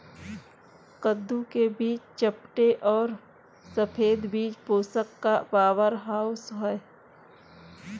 कद्दू के बीज चपटे और सफेद बीज पोषण का पावरहाउस हैं